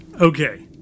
Okay